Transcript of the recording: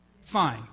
Fine